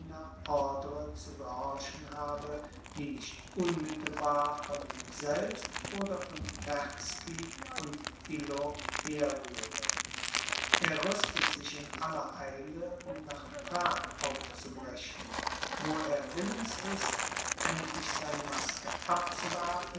ordre zu gehorchen habe die nicht unmittelbar von ihm selbst oder von terzky und illo herrühre er rüstet sich in aller eile um nach prag aufzubrechen wo er willens ist endlich seine maske abzuwerfen